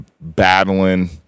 battling